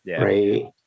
right